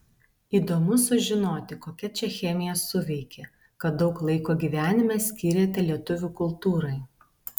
įdomu sužinoti kokia čia chemija suveikė kad daug laiko gyvenime skyrėte lietuvių kultūrai